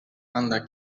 anda